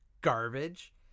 garbage